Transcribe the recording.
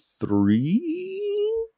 three